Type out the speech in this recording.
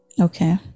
Okay